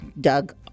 Doug